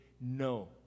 no